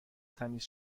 تمیز